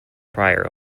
prior